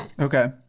okay